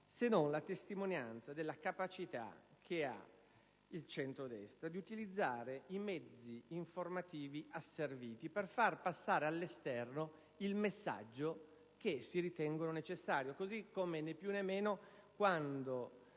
se non la testimonianza della capacità del centrodestra di utilizzare i mezzi informativi asserviti per far passare all'esterno il messaggio che si ritiene necessario, così come quando